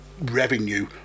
revenue